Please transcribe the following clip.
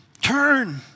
turn